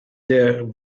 their